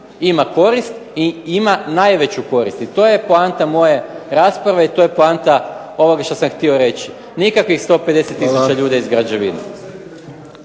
ima korist i ima najveću korist. I to je poanta moje rasprave, i to je poanta ovoga što sam htio reći. Nikakvih 150 tisuća ljudi iz građevine.